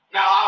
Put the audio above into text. Now